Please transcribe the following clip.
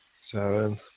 Seven